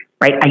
right